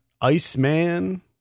Iceman